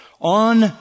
on